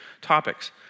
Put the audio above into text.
topics